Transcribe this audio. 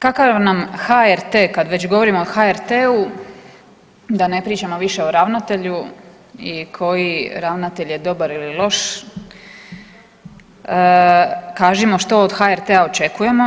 Kakav nam HRT kad već govorimo o HRT-u da ne pričamo više o ravnatelju i koji ravnatelj je dobar ili loš, kažimo što od HRT-a očekujemo.